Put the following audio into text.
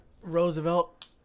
Roosevelt